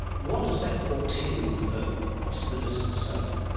what does that portent for the possibilities of solar?